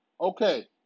Okay